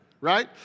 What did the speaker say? right